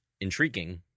intriguing